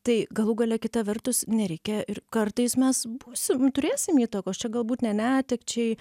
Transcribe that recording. tai galų gale kita vertus nereikia ir kartais mes būsim turėsim įtakos čia galbūt ne netekčiai